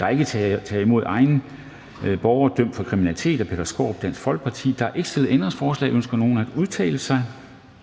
der ikke tager imod egne borgere dømt for kriminalitet. Af Peter Skaarup (DF) m.fl. (Fremsættelse 04.03.2021. 1. behandling